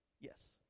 Yes